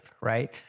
right